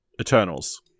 Eternals